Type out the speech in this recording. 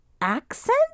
accent